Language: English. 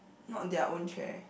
not their own chair